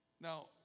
Now